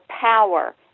power